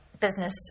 business